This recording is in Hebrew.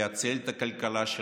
להציל את הכלכלה שלנו.